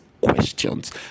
questions